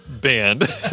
band